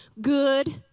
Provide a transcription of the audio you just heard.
Good